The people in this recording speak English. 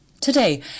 Today